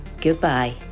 goodbye